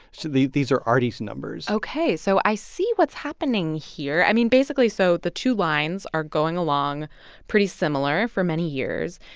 so these are arty's numbers ok. so i see what's happening here. i mean, basically, so the two lines are going along pretty similar for many years.